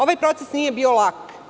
Ovaj proces nije bio lak.